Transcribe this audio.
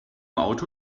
auto